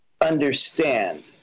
understand